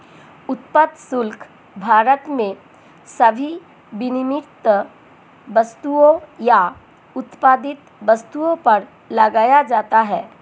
उत्पाद शुल्क भारत में सभी विनिर्मित वस्तुओं या उत्पादित वस्तुओं पर लगाया जाता है